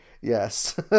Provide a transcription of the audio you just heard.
Yes